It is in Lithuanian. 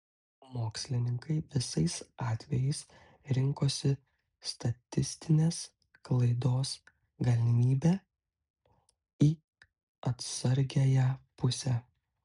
mokslininkai visais atvejais rinkosi statistinės klaidos galimybę į atsargiąją pusę